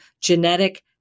genetic